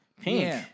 Pink